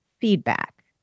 feedback